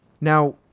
Now